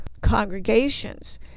congregations